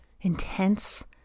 intense